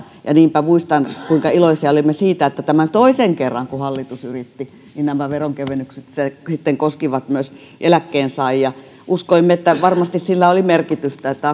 ja niinpä muistan kuinka iloisia olimme siitä että tämän toisen kerran kun hallitus yritti niin nämä veronkevennykset sitten koskivat myös eläkkeensaajia uskoimme että varmasti sillä oli merkitystä että